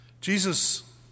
Jesus